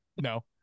no